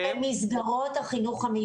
הוא הציג רק את מסגרות החינוך המיוחד.